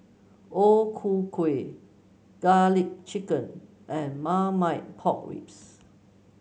O Ku Kueh garlic chicken and Marmite Pork Ribs